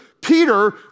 Peter